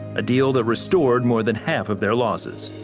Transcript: a deal that restored more than half of their losses.